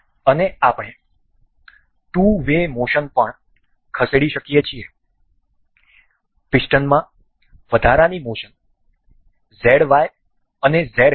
અને આપણે two way motion પણ ખસેડી શકીએ છીએ પિસ્ટનમાં વધારાની મોશન Z Y અને Z કહો